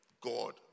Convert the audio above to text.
God